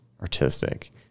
artistic